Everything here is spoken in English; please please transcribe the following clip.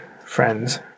friends